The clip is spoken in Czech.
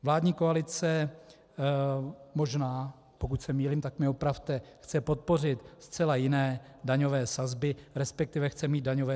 Vládní koalice možná pokud se mýlím, tak mne opravte chce podpořit zcela jiné daňové sazby, respektive chce mít daňové sazby dvě.